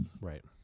right